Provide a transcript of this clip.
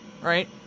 Right